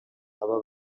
aba